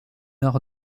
heure